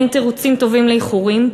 אין תירוצים טובים לאיחורים.